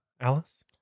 Alice